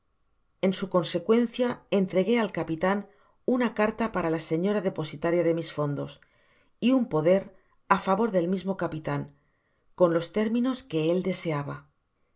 en su consecuencia entregué al capitan una carta para la señora depositaria de mis fondos y nn poder á favor del mismo capitane en los términos que él deseaba